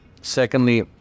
Secondly